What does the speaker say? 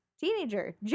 teenager